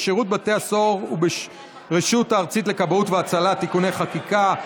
בשירות בתי הסוהר וברשות הארצית לכבאות והצלה (תיקוני חקיקה),